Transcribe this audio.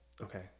Okay